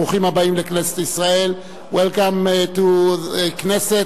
ברוכים הבאים לכנסת ישראל.Welcome to the Knesset,